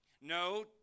No